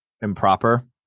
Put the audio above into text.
Improper